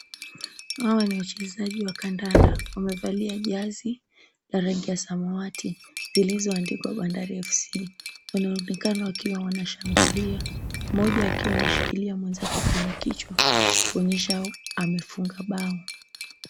Hawa ni wachezaji wa kandanda wamevalia jazi la rangi ya samawati zilizoandikwa Bandari FC. Wanaoneka wakiwa wanashangilia, mmoja akiwa ameshikilia mwenzake kwenye kichwa, kuonyesha amefunga bao.